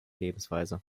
lebensweise